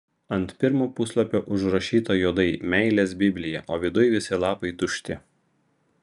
ant pirmo puslapio užrašyta juodai meilės biblija o viduj visi lapai tušti